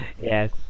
Yes